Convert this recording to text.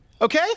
okay